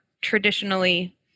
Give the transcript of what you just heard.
traditionally